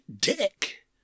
Dick